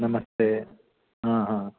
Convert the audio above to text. नमस्ते हा हा